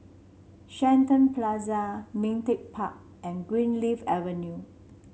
Shenton Plaza Ming Teck Park and Greenleaf Avenue